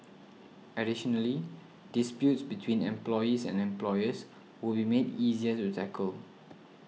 additionally disputes between employees and employers will be made easier to tackle